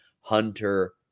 Hunter